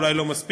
אולי לא מספיק,